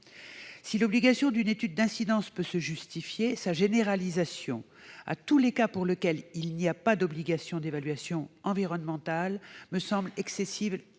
Si l'obligation d'une étude d'incidence peut se justifier, sa généralisation à tous les cas pour lesquels il n'y a pas obligation d'évaluation environnementale semble excessive